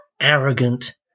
arrogant